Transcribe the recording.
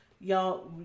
Y'all